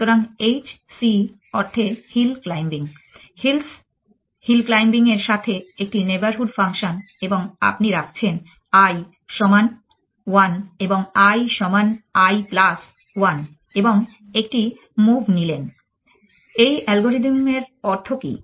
সুতরাং H C অর্থে hill climbing hills hill climbing এর সাথে একটি নেইবরহুড ফাংশন এবং আপনি রাখছেন i সমান 1 এবং i সমান i প্লাস 1 এবং একটি মুভ নিলেন এই অ্যালগোরিদম এর অর্থ কী